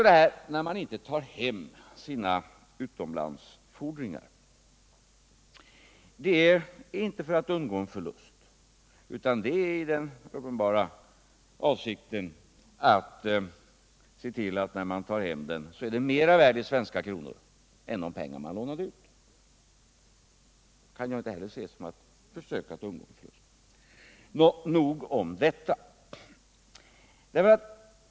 Detta att man inte tar hem sina fordringar utomlands har inte till syfte att man skall undgå en förlust, utan man handlar så i den uppenbara avsikten att se till att när man tar hem dem så är de mera värda i svenska kronor än de pengar man lånade ut. Det kan jag inte heller se som ett försök att undgå förlust. Nog om detta.